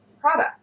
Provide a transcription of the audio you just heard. product